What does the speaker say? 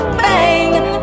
bang